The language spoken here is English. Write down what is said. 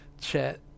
chat